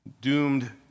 doomed